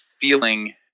feeling